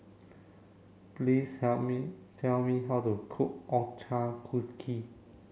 please help me tell me how to cook Ochazuke